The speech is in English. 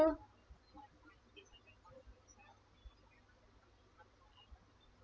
uh